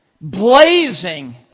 blazing